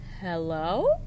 hello